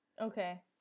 Okay